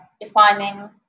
defining